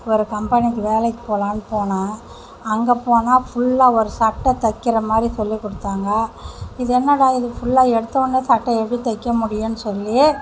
ஒரு கம்பெனிக்கு வேலைக்கு போகலாம்னு போனால் அங்கே போனால் ஃபுல்லாக ஒரு சட்டை தைக்கிற மாதிரி சொல்லி கொடுத்தாங்க இது என்னடா இது ஃபுல்லாக எடுத்த உடனே சட்டை எப்படி தைக்க முடியும் சொல்லி